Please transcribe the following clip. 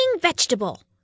vegetable